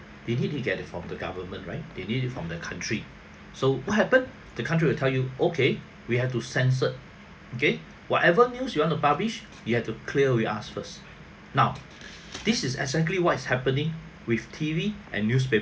they need to get it from the government right they need it from the country so what happen the country will tell you okay we have to censored okay whatever news you want to publish you have to clear with us first now this is exactly what is happening with T_V and newspaper